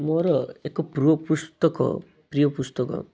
ମୋର ଏକ ପୂର୍ବପୁସ୍ତକ ପ୍ରିୟ ପୁସ୍ତକ